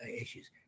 issues